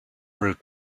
route